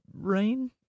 Rain